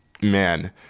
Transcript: man